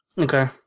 Okay